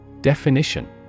Definition